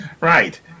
right